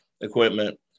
equipment